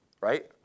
right